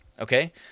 okay